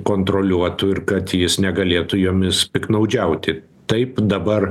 kontroliuotų ir kad jis negalėtų jomis piktnaudžiauti taip dabar